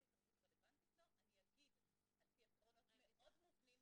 ההתערבות הרלבנטית לו על פי עקרונות מאוד מובנים,